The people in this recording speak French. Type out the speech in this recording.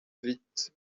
vite